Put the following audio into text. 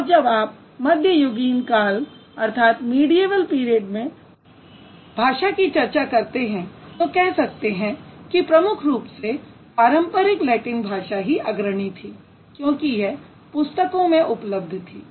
और जब आप मध्ययुगीन काल में भाषा की चर्चा करते हैं तो कह सकते हैं कि प्रमुख रूप से पारंपरिक लैटिन भाषा ही अग्रणी थी क्योंकि यह पुस्तकों में उपलब्ध थी